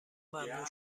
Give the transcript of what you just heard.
ممنوع